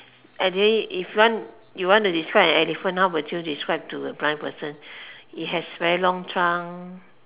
and then if you want you want to describe an elephant how would you describe to a blind person it has very long trunk